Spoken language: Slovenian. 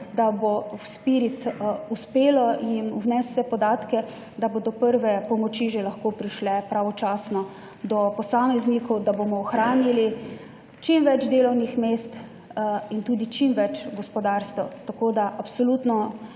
da bo Spirit uspelo in vnesti vse podatke, da bodo prve pomoči že lahko prišle pravočasno do posameznikov, da bomo ohranili čim več delovnih mest in tudi čim več gospodarstev. Tako da absolutno